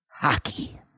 hockey